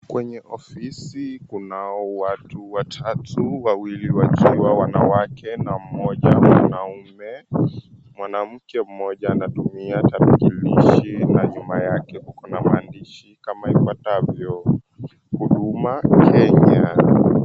Kwenye ofisi kunao watu watatu wawili wakiwa wanawake na mmoja mwanaume. Mwanamke mmoja anatumia tarakilishi na nyuma yake kuko maandishi kama ifuatavyo, "Huduma Kenya."